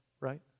right